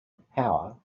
power